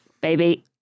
Baby